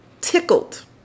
tickled